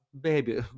baby